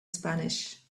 spanish